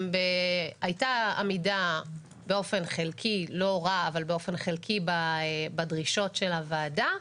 הייתה עמידה באופן חלקי בדרישות של הוועדה.